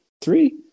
three